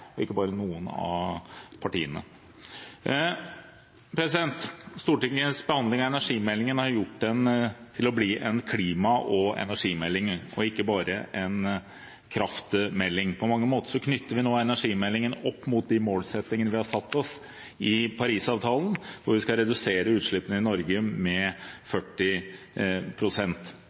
komiteen, ikke bare noen av partiene. Stortingets behandling av energimeldingen har gjort den til en klima- og energimelding og ikke bare en kraftmelding. På mange måter knytter vi nå energimeldingen opp mot de målsettingene vi har satt oss i Paris-avtalen, der vi skal redusere utslippene i Norge med 40